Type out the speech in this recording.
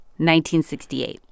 1968